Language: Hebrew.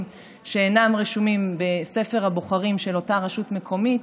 שאינם רשומים בספר הבוחרים של אותה רשות מקומית